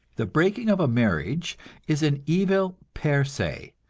the breaking of a marriage is an evil per se,